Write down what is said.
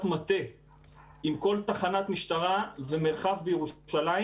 מטה עם כל תחנת משטרה ומרחב בירושלים